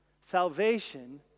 Salvation